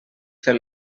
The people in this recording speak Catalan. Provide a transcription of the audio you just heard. fer